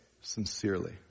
sincerely